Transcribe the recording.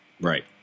Right